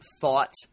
thought